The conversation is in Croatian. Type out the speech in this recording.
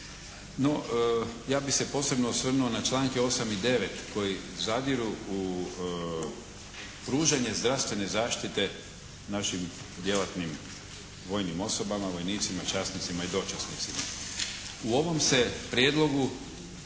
ja bih se posebno osvrnuo na članke 8. i 9. koji zadiru u pružanje zdravstvene zaštite našim djelatnim vojnim osobama, vojnicima, časnicima i dočasnicima. U ovom se prijedlogu